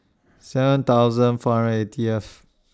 seven thousand four hundred and eightieth